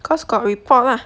cause got report lah